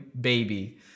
baby